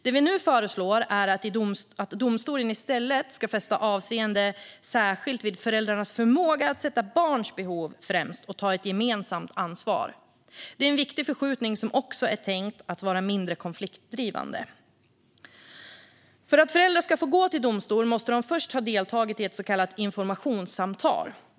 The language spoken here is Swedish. Det vi nu föreslår är att domstolen i stället särskilt ska fästa avseende vid föräldrarnas förmåga att sätta barnets behov främst och att ta ett gemensamt ansvar. Det är en viktig förskjutning, som också är tänkt att vara mindre konfliktdrivande. För att föräldrar ska få gå till domstol måste de först ha deltagit i ett så kallat informationssamtal.